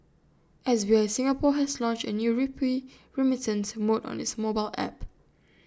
S B I Singapore has launched A new rupee remittance mode on its mobile app